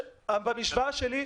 במשוואה שלי,